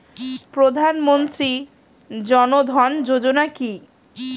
প্রধানমন্ত্রী জনধন যোজনা কি?